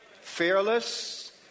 Fearless